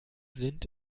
sind